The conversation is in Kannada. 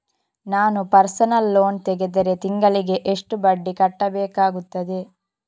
ನಾನು ಪರ್ಸನಲ್ ಲೋನ್ ತೆಗೆದರೆ ತಿಂಗಳಿಗೆ ಎಷ್ಟು ಬಡ್ಡಿ ಕಟ್ಟಬೇಕಾಗುತ್ತದೆ?